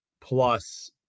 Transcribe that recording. plus